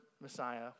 Messiah